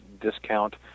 discount